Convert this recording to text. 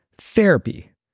Therapy